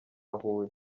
huye